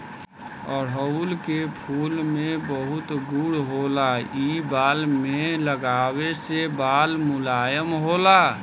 अढ़ऊल के फूल में बहुत गुण होला इ बाल में लगावे से बाल मुलायम होला